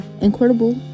incredible